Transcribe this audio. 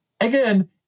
Again